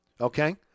Okay